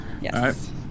Yes